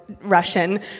Russian